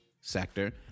sector